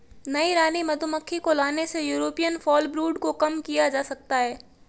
नई रानी मधुमक्खी को लाने से यूरोपियन फॉलब्रूड को कम किया जा सकता है